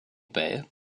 père